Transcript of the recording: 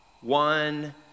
one